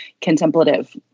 contemplative